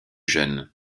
jeune